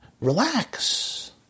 Relax